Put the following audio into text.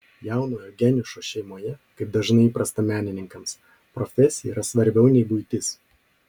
jaunojo geniušo šeimoje kaip dažnai įprasta menininkams profesija yra svarbiau nei buitis